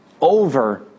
over